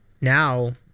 now